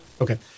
Okay